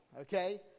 okay